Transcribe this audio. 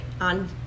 on